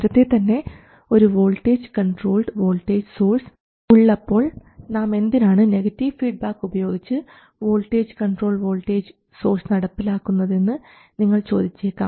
നേരത്തെ തന്നെ ഒരു വോൾട്ടേജ് കൺട്രോൾഡ് വോൾട്ടേജ് സോഴ്സ് ഉള്ളപ്പോൾ നാം എന്തിനാണ് നെഗറ്റീവ് ഫീഡ്ബാക്ക് ഉപയോഗിച്ച് വോൾട്ടേജ് കൺട്രോൾഡ് വോൾട്ടേജ് സോഴ്സ് നടപ്പിലാക്കുന്നതെന്ന് നിങ്ങൾ ചോദിച്ചേക്കാം